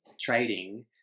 trading